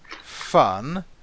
fun